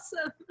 awesome